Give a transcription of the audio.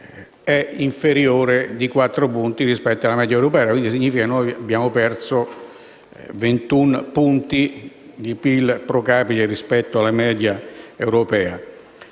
inferiore di quattro punti rispetto alla media europea. Ciò significa che abbiamo perso 21 punti di PIL *pro capite* rispetto alla media europea.